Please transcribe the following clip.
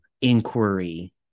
inquiry